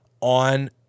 on